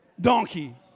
donkey